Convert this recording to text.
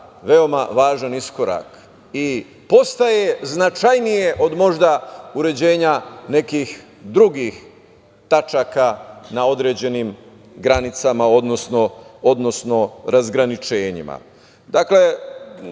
veoma važan iskorak i postaje značajnije od uređenja nekih drugih tačaka, na određenim granicama, odnosno razgraničenjima. Dakle,